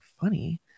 funny